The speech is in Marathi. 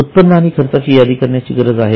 उत्पन्न आणि खर्चाची यादी करण्याची गरज आहे का